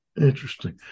Interesting